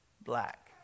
black